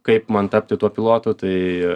kaip man tapti tuo pilotu tai